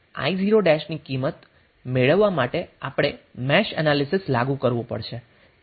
i0 ની કિંમત મેળવવા માટે આપણે મેશ એનાલીસીસ લાગુ કરવું પડશે